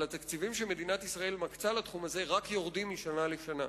אבל התקציבים שמדינת ישראל מקצה לתחום הזה רק יורדים משנה לשנה.